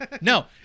No